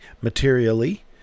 materially